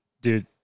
dude